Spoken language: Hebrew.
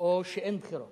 או שאין בחירות